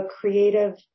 creative